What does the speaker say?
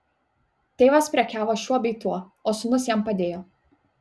tėvas prekiavo šiuo bei tuo o sūnus jam padėjo